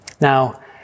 Now